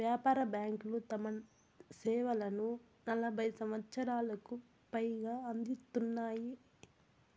వ్యాపార బ్యాంకులు తమ సేవలను నలభై సంవచ్చరాలకు పైగా అందిత్తున్నాయి